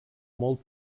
molt